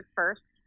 first